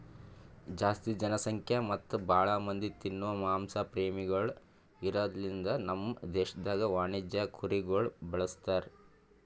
ಜಾಸ್ತಿ ಜನಸಂಖ್ಯಾ ಮತ್ತ್ ಭಾಳ ಮಂದಿ ತಿನೋ ಮಾಂಸ ಪ್ರೇಮಿಗೊಳ್ ಇರದ್ ಲಿಂತ ನಮ್ ದೇಶದಾಗ್ ವಾಣಿಜ್ಯ ಕುರಿಗೊಳ್ ಬಳಸ್ತಾರ್